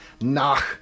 Nach